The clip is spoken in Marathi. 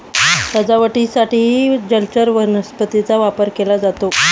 सजावटीसाठीही जलचर वनस्पतींचा वापर केला जातो